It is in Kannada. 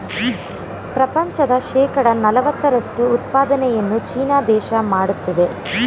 ಪ್ರಪಂಚದ ಶೇಕಡ ನಲವತ್ತರಷ್ಟು ಉತ್ಪಾದನೆಯನ್ನು ಚೀನಾ ದೇಶ ಮಾಡುತ್ತಿದೆ